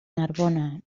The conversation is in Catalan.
narbona